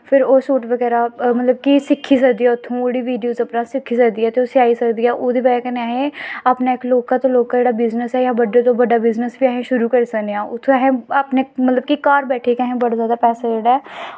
फिर ओह् सूट बगैरा मतलब कि सिक्खी सकदी ऐ उत्थूं ओह्कड़ी वीडियो उप्परा सिक्खी सकदी ऐ ते उसी आई सकदी ऐ ओह्दी बज़ह् कन्नै असेंगी अपना इक लौह्का ते लौह्का जेह्ड़ा बिज़नस ऐ जां बड्डे तो बड्डा बिज़नस बी अस ओह् शुरू करी सकने आं उत्थूं अहें अपना मतलब कि घर बैठियै गै बड़े जादा पैसे जेह्ड़ा ऐ